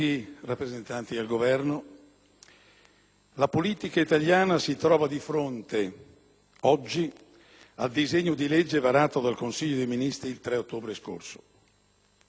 la politica italiana si trova di fronte oggi al disegno di legge varato dal Consiglio dei ministri il 3 ottobre scorso. Non è il frutto di una novità,